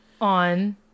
On